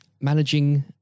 managing